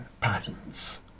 patterns